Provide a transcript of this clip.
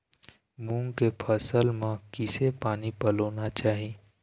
मूंग के फसल म किसे पानी पलोना चाही?